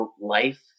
life